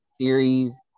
Series